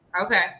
Okay